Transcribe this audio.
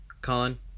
Colin